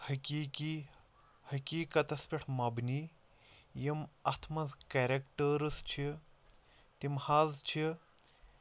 حقیٖقی حقیٖقتَس پٮ۪ٹھ مَبنی یِم اَتھ منٛز کیریکٹٲرٕس چھِ تِم حظ چھِ